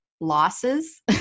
losses